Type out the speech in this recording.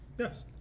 Yes